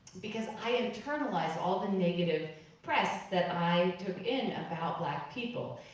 because i internalized all the negative press that i took in about black people.